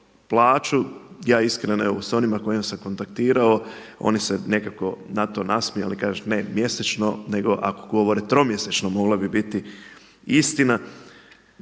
plaću. Ja iskreno s onima s kojima sam kontaktirao oni su se na to nekako nasmijali i kažu ne mjesečno nego ako govori tromjesečno moglo bi biti istina.